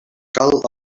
cal